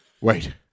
Wait